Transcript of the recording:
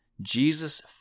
Jesus